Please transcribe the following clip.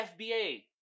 FBA